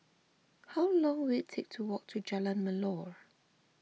how long will it take to walk to Jalan Melor